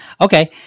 Okay